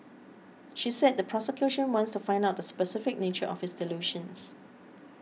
she said the prosecution wants to find out the specific nature of his delusions